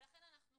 לכן אנחנו כאן,